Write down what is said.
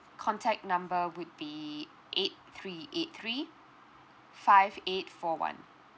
contact number would be eight three eight three five eight four one